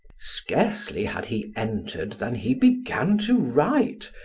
scarcely had he entered than he began to write,